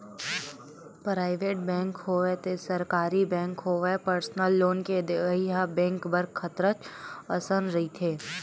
private bank होवय ते सरकारी बेंक होवय परसनल लोन के देवइ ह बेंक बर खतरच असन रहिथे